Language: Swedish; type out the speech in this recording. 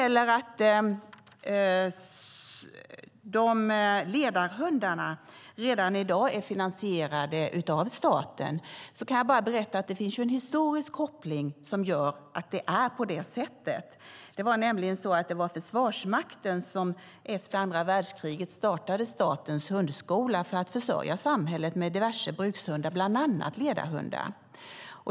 Ledarhundarna är redan i dag finansierade av staten. Det finns en historisk koppling som gör att det är på det sättet. Det var nämligen Försvarsmakten som efter andra världskriget startade Statens hundskola för att försörja samhället med diverse brukshundar, bland annat ledarhundar.